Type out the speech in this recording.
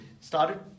started